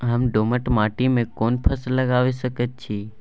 हम दोमट माटी में कोन फसल लगाबै सकेत छी?